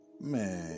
Man